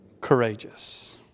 courageous